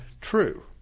true